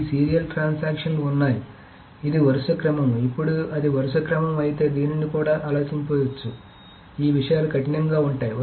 ఈ serial transaction లు ఉన్నాయి ఇది వరుస క్రమం ఇప్పుడు అది వరుస క్రమం అయితే దీనిని కూడా ఆలోచించవచ్చు ఈ విషయాలు కఠినంగా ఉంటాయి